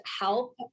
help